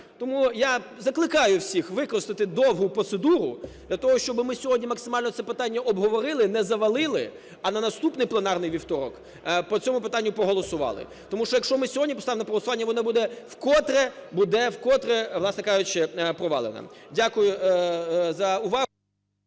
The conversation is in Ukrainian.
Тому я закликаю всіх використати довгу процедуру для того, щоб ми сьогодні максимально це питання обговорили, не завалили, а на наступний пленарний вівторок по цьому питанню проголосували. Тому що, якщо ми сьогодні поставимо на голосування, воно буде вкотре, буде вкотре, власне